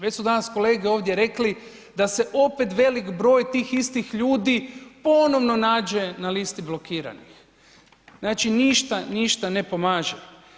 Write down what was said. Već su danas kolege ovdje rekli da se opet velik broj tih istih ljudi ponovno nađe na listi blokiranih, znači ništa, ništa ne pomaže.